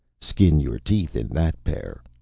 skin your teeth in that pear.